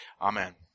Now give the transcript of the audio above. Amen